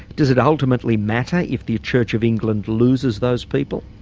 does it ultimately matter if the church of england loses those people?